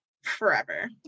forever